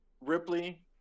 Ripley